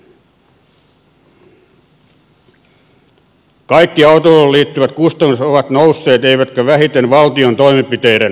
kaikki autoiluun liittyvät kustannukset ovat nousseet eivätkä vähiten valtion toimenpiteiden takia